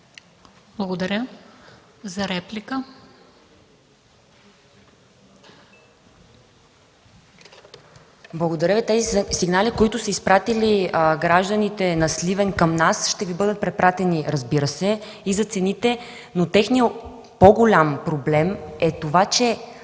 Благодаря. За реплика.